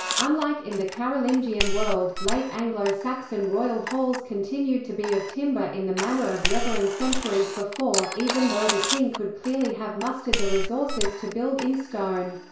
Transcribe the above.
unlike in the carolingian world, late anglo-saxon royal halls continued to be of timber in the manner of yeavering centuries before, even though the king could clearly have mustered the resources to build in stone.